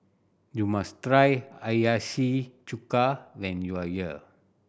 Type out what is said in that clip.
you must try Hiyashi Chuka when you are here